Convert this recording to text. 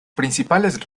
principales